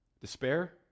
Despair